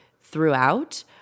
throughout